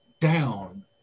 down